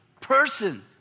person